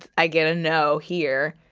i get a no here.